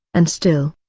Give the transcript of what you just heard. and still,